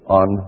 on